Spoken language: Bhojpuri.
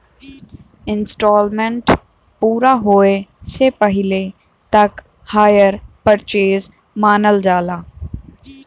इन्सटॉलमेंट पूरा होये से पहिले तक हायर परचेस मानल जाला